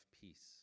peace